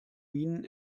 minen